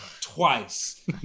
twice